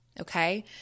Okay